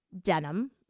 denim